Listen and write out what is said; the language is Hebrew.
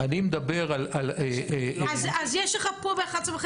אני מדבר על --- אז יש לך פה ב-11:30